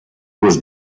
was